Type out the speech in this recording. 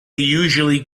usually